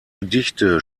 gedichte